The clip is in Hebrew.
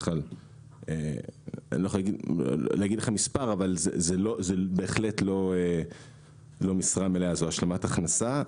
אני לא יכול לומר מספר אבל זאת בהחלט לא משרה מלאה אלא השלמת הכנסה.